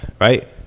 right